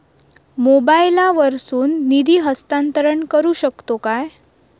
मोबाईला वर्सून निधी हस्तांतरण करू शकतो काय?